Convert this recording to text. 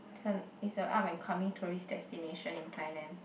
this one it's a up and coming tourist destination in Thailand